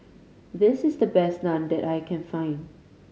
this is the best Naan that I can find